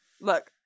Look